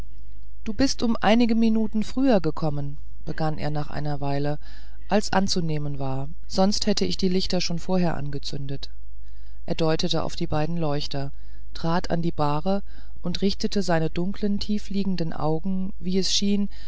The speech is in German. du bist um einige minuten früher gekommen begann er nach einer weile als anzunehmen war sonst hätte ich die lichter schon vorher angezündet er deutete auf die beiden leuchter trat an die bahre und richtete seine dunklen tiefliegenden augen wie es schien